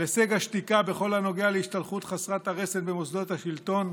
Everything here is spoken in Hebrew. על הישג השתיקה בכל הנוגע להשתלחות חסרת הרסן במוסדות השלטון?